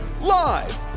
Live